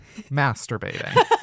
masturbating